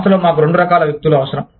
సంస్థలో మాకు రెండు రకాల వ్యక్తులు అవసరం